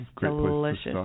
delicious